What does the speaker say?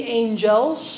angels